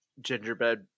gingerbread